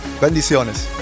Bendiciones